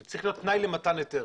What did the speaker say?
זה צריך להיות תנאי למתן היתר.